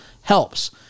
helps